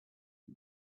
him